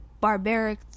barbaric